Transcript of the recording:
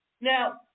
Now